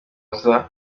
uza